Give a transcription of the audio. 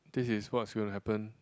this is what's gonna happen